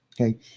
okay